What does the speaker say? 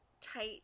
tight